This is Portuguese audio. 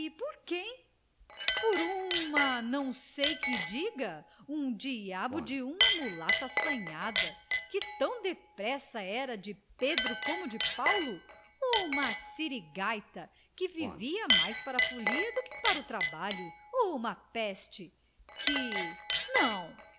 quem por uma não sei que diga um diabo de uma mulata assanhada que tão depressa era de pedro como de paulo uma sirigaita que vivia mais para a folia do que para o trabalho uma peste que não